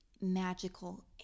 magical